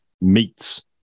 Meats